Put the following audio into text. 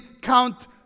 count